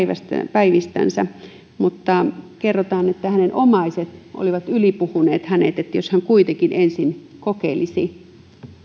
päivistänsä mutta kerrotaan että hänen omaisensa olivat ylipuhuneet hänet että jos hän kuitenkin ensin kokeilisi